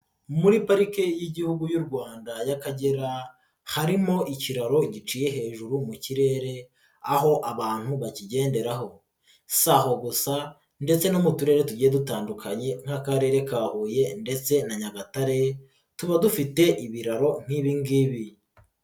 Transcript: Muri Parike y'Igihugu y'u Rwanda y'Akagera harimo ikiraro giciye hejuru mu kirere aho abantu bakigenderaho, si aho gusa ndetse no mu turere tugiye dutandukanye nk'Akarere ka Huye ndetse na Nyagatare tuba dufite ibiraro nk'ibi ngibi.